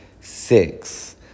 six